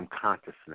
consciousness